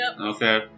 Okay